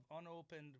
unopened